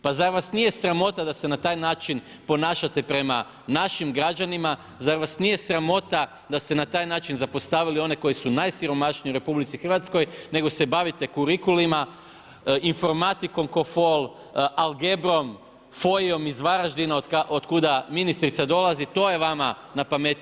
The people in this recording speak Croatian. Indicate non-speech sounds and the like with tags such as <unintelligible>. Pa zar vas nije sramota da se na taj način ponašate prema našim građanima, zar vas nije sramota da se na taj način zapostavili one koji su najsiromašniji u RH, nego se bavite kurikulima, informatikom ko fol, algebrom, ... <unintelligible> iz Varaždina od kuda ministrica dolazi, to je vama na pameti.